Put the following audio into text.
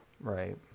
right